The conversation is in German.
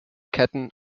ketten